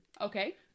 Okay